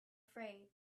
afraid